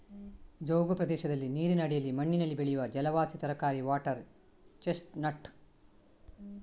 ಜವುಗು ಪ್ರದೇಶದಲ್ಲಿ ನೀರಿನ ಅಡಿಯಲ್ಲಿ ಮಣ್ಣಿನಲ್ಲಿ ಬೆಳೆಯುವ ಜಲವಾಸಿ ತರಕಾರಿ ವಾಟರ್ ಚೆಸ್ಟ್ ನಟ್